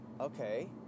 Okay